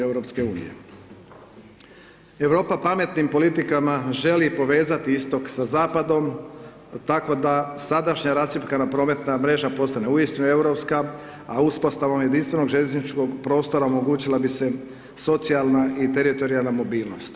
Europa pametnim politikama želi povezati istok sa zapadom tako da sadašnja rascjepkana prometna mreža postane uistinu europska a uspostavom jedinstvenog željezničkog prostora omogućila bi se socijalna i teritorijalna mobilnost.